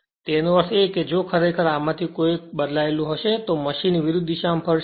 તેથી તેનો અર્થ એ કે જો ખરેખર આમાંથી કોઈ એક ખરેખર બદલાયેલું હશે તો મશીન વિરુદ્ધ દિશામાં ફરશે